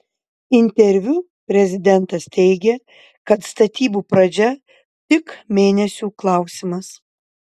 interviu prezidentas teigė kad statybų pradžia tik mėnesių klausimas